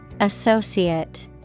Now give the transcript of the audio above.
Associate